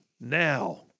now